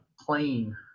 plane